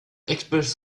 experts